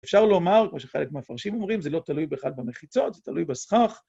אפשר לומר, כמו שחלק מהמפרשים אומרים, זה לא תלוי בכלל במחיצות, זה תלוי בסכך.